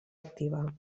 activa